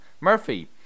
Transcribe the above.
Murphy